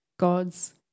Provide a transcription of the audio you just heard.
God's